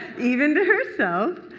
even to herself.